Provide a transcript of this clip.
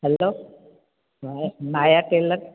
hello Maya tailor